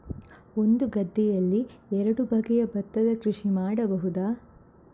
ಒಂದು ಗದ್ದೆಯಲ್ಲಿ ಎರಡು ಬಗೆಯ ಭತ್ತದ ಕೃಷಿ ಮಾಡಬಹುದಾ?